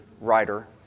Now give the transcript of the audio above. writer